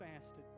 fasted